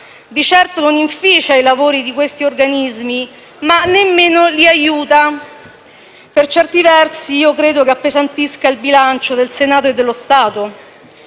di certo non inficia i lavori di questi organismi, ma nemmeno li aiuta. Per certi versi credo che appesantisca il bilancio del Senato e dello Stato.